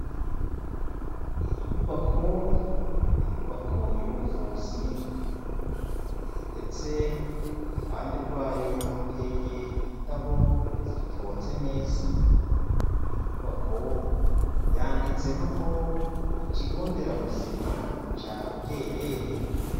Iyi nyubako ni inyubako y'ubuvuzi ndetse iruhande rwayo hateye indabo ziconze neza. Iyi nyubako yanditseho ngo ikigo nderabuzima cya Bwerere.